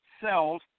cell's